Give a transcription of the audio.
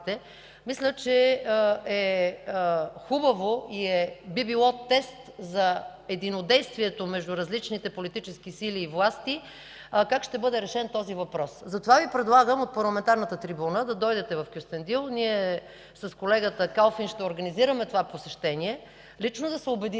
мисля за хубаво и би било тест за единодействието между различните политически сили и властите как ще бъде решен въпросът. Затова Ви предлагам от парламентарната трибуна да дойдете в Кюстендил, ние с колегата Калфин ще организираме това посещение, лично да се убедите